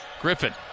Griffin